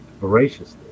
voraciously